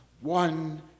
one